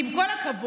עם כל הכבוד,